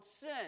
sin